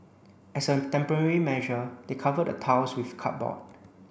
as a temporary measure they covered the tiles with cardboard